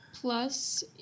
Plus